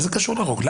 מה זה קשור לרוגלה?